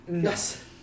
Yes